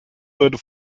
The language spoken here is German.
wurde